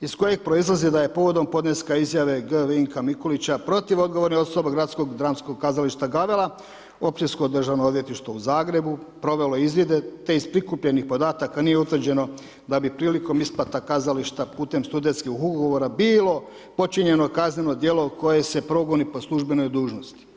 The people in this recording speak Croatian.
iz kojeg proizlazi da je povodom podneska izjave g. Vinka Mikulića protiv odgovornih osoba gradskog dramskog kazališta Gavella općinsko državno odvjetništvo u Zagrebu provelo izvide, te iz prikupljenih podataka nije utvrđeno da bi prilikom isplata kazališta putem studentskih ugovora bilo počinjeno kazneno djelo koje se progoni po službenoj dužnosti.